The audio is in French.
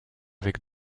avec